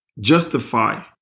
justify